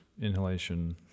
inhalation